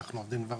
אנחנו עובדים כבר